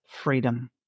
freedom